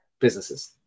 Businesses